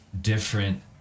different